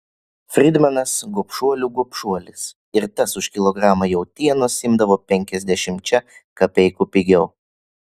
fridmanas gobšuolių gobšuolis ir tas už kilogramą jautienos imdavo penkiasdešimčia kapeikų pigiau